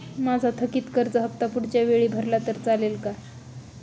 माझा थकीत कर्ज हफ्ता पुढच्या वेळी भरला तर चालेल का?